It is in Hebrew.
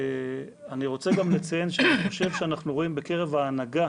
אני רוצה גם לציין שאני חושב שאנחנו רואים בקרב ההנהגה